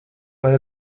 lai